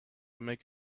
make